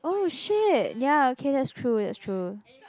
oh shit ya okay that's true that's true